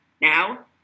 now